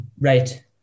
right